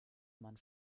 man